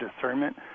discernment